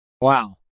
Wow